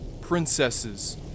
princesses